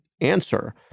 answer